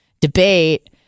debate